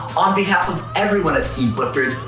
on behalf of everyone at team flipgrid,